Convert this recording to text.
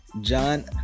john